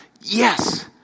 yes